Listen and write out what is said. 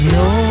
no